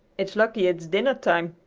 it's lucky it's dinner-time.